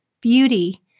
beauty